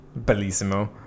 Bellissimo